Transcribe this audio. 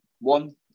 one